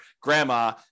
grandma